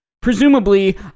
Presumably